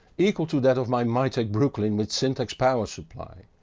equal to that of my mytek brooklyn with syntaxx power supply.